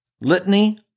Litany